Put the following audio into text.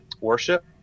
worship